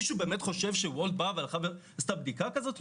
משיהו חושב שוולט עשתה בדיקה כזאת?